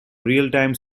realtime